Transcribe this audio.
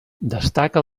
destaca